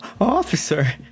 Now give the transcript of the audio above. officer